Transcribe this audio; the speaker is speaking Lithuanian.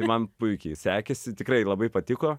man puikiai sekėsi tikrai labai patiko